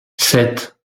sept